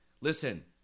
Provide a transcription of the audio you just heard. listen